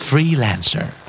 Freelancer